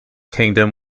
kingdom